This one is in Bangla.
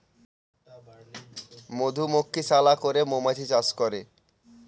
মধুমক্ষিশালা করে মৌমাছি চাষ করে